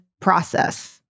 process